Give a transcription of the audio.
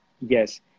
Yes